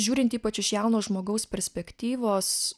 žiūrint ypač iš jauno žmogaus perspektyvos